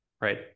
Right